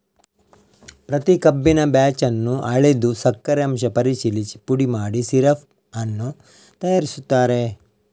ಪ್ರತಿ ಕಬ್ಬಿನ ಬ್ಯಾಚ್ ಅನ್ನು ಅಳೆದು ಸಕ್ಕರೆ ಅಂಶ ಪರಿಶೀಲಿಸಿ ಪುಡಿ ಮಾಡಿ ಸಿರಪ್ ಅನ್ನು ತಯಾರಿಸುತ್ತಾರೆ